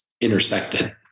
intersected